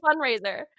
fundraiser